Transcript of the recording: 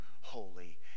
holy